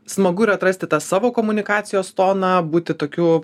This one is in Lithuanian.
smagu yra atrasti tą savo komunikacijos toną būti tokiu